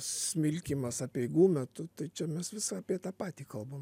smilkymas apeigų metu tai čia mes vis apie tą patį kalbam